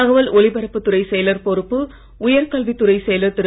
தகவல் ஒலிபரப்ப்புத் துறை செயலர் பொறுப்பு உயர்கல்வித் துறை செயலர் திரு